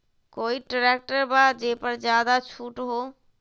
कोइ ट्रैक्टर बा जे पर ज्यादा छूट हो?